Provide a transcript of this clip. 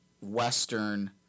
western